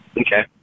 Okay